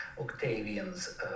Octavian's